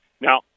now